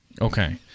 Okay